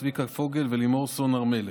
צביקה פוגל ולימור סון הר מלך.